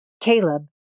Caleb